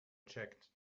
checked